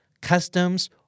customs